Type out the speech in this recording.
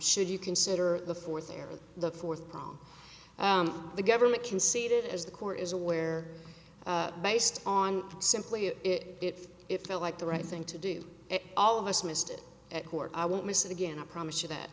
should you consider the fourth area the fourth prong the government conceded as the court is aware based on simply if it if felt like the right thing to do all of us missed it at court i won't miss it again i promise you that